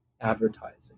advertising